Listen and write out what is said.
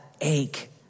ache